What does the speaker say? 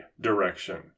direction